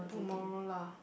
tomorrow lah